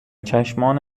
چشمان